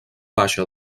baixa